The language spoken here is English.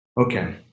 Okay